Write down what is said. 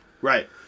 Right